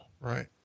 Right